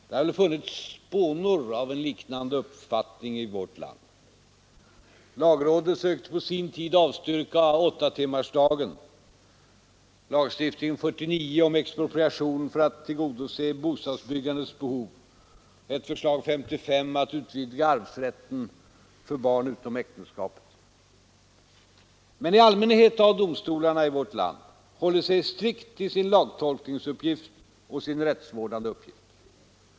Det har väl funnits spånor av en liknande uppfattning även i vårt land. Lagrådet sökte på sin tid avstyrka åttatimmarsdagen, lagstiftningen 1949 om expropriation för att tillgodose bostadsbyggandets behov, ett förslag 1955 om att utvidga arvsrätten för barn utom äktenskapet. Men i allmänhet har domstolarna i vårt land hållit sig strikt till sin lagtolknings uppgift och sin rättsvårdande uppgift.